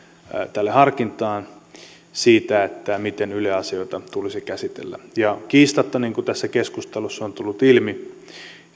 tälle harkinnalle siitä miten yle asioita tulisi käsitellä kiistatta niin kuin tässä keskustelussa on tullut ilmi